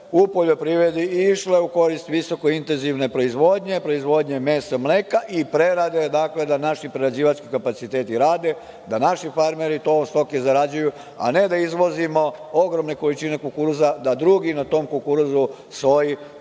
u poljoprivredi išle u korist visoko intenzivne proizvodnje, proizvodnje mesa, mleka i prerade, dakle, da naši prerađivački kapaciteti rade, da naši farmeri zarađuju, a ne da izvozimo ogromne količine kukuruza, da drugi u tom kukuruzu, soji